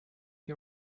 you